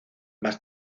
más